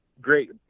great